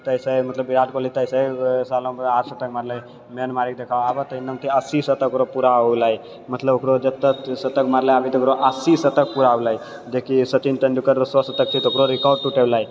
तेइसे मतलब विराट कोहली तेइसे सालमे आठ शतक मारले मे मारिके देखाबै आबै तऽ अस्सी शतक ओकरा पूरा हो गेलै मतलब ओकरो जत्ते शतक मारले ओ अस्सी शतक पूरा भऽ गेलै जेकि सचिन तेन्दुलकरके सए शतक छै ओकरो रिकार्ड टूटैवला छै